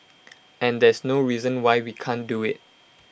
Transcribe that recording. and there's no reason why we can't do IT